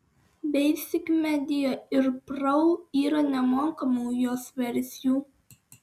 basic media ir pro yra nemokamų jos versijų